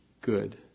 good